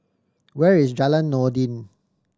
where is Jalan Noordin